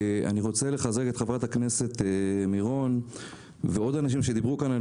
אני רוצה לחזק את חברת הכנסת מירון ועוד אנשים שדיברו כאן על